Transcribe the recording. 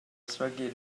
ysmygu